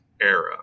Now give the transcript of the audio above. era